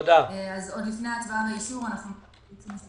עוד לפני ההצבעה והאישור אנחנו מבקשים